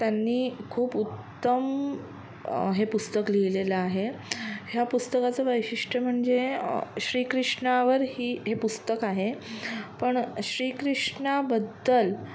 त्यांनी खूप उत्तम हे पुस्तक लिहिलेलं आहे ह्या पुस्तकाचं वैशिष्ट्य म्हणजे श्रीकृष्णावर ही हे पुस्तक आहे पण श्रीकृष्णाबद्दल